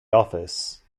office